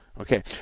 Okay